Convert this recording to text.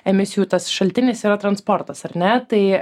emisijų tas šaltinis yra transportas ar ne tai